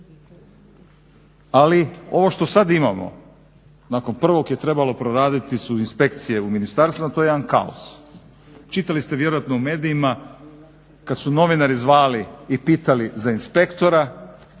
Ali ovo što sad imamo, nakon prvog je trebalo proraditi su inspekcije u ministarstvima. To je jedan kaos. Čitali ste vjerojatno u medijima kad su novinari zvali i pitali za inspektora